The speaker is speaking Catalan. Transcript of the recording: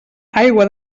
aigua